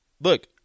Look